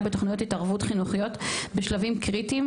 בתכוניות התערבות חינוכיות בשלבים קריטיים,